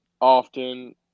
often